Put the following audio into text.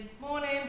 Morning